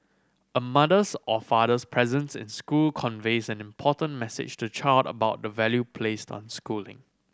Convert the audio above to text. a mother's or father's presence in school conveys an important message to child about the value placed on schooling